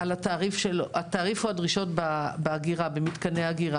ככל שזה כלכלי, הם ייגשו.